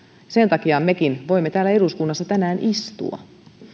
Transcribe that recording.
sen takia mekin voimme täällä eduskunnassa tänään istua